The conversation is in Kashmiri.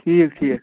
ٹھیٖک ٹھیٖک